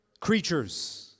creatures